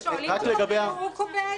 כאילו הוא קובע את החוק.